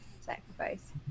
sacrifice